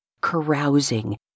carousing